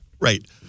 Right